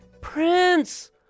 Prince